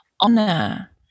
honor